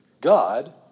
God